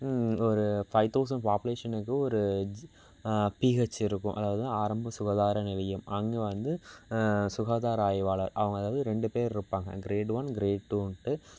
ஒரு five thousand பாப்புலேஷனுக்கு ஒரு பிஹெச் இருக்கும் அதாவது ஆரம்ப சுகாதார நிலையம் அங்கே வந்து சுகாதார ஆய்வாளர் அவங்க அதாவது ரெண்டு பேர் இருப்பாங்க கிரேட் ஒன்னு கிரேட் டூன்னுட்டு